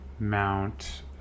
Mount